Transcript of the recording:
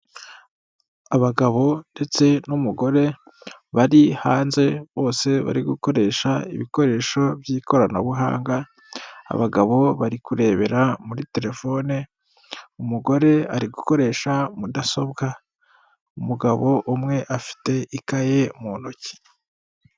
Abagabo ndetse n'umugore bari hanze bose bari gukoresha ibikoresho by'ikoranabuhanga, abagabo bari kurebera muri terefone umugore ari gukoresha mudasobwa; umugabo umwe afite ikaye mu ntoki.